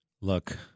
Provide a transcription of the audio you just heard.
Look